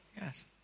Yes